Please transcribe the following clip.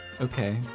Okay